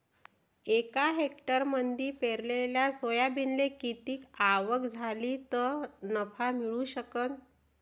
एका हेक्टरमंदी पेरलेल्या सोयाबीनले किती आवक झाली तं नफा मिळू शकन?